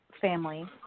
family